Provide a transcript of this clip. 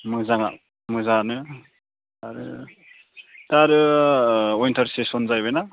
मोजाङा मोजाङानो आरो दा आरो विन्टार सेस'न जाहैबाय ना